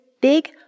big